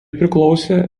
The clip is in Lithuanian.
priklausė